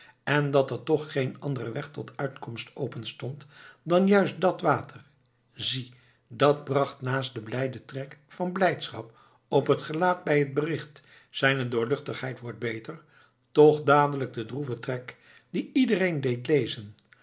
en dat er toch geen andere weg tot uitkomst openstond dan juist dat water zie dat bracht naast den blijden trek van blijdschap op het gelaat bij het bericht zijne doorluchtigheid wordt beter toch dadelijk den droeven trek die iedereen deed lezen